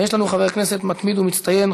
ויש לנו חבר כנסת מתמיד ומצטיין,